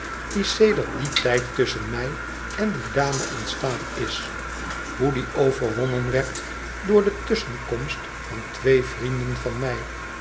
die sedert dien tijd tusschen mij en die dame ontstaan is hoe die overwoimen werd door de tusschenkomst van twee vrienden van mij